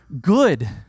good